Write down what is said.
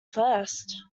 first